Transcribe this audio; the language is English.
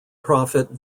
profit